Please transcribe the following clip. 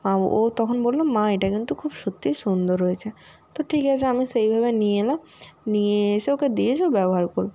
আর ও তখন বললো মা এটা কিন্তু খুব সত্যি সুন্দর হয়েছে তো ঠিক আছে আমি সেইভাবে নিয়ে এলাম নিয়ে এসে ওকে দিয়েছি ও ব্যবহার করুক